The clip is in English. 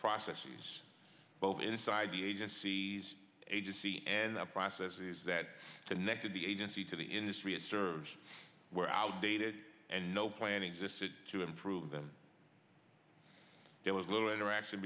processes both inside the agency's agency and the processes that connected the agency to the industry it serves were outdated and no plan existed to improve them there was little interaction